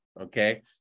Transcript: okay